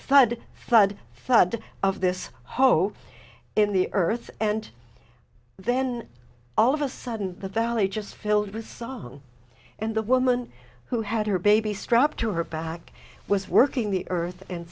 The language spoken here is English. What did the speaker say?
thud of this hoe in the earth and then all of a sudden the valley just filled with song and the woman who had her baby strapped to her back was working the earth and